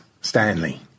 Stanley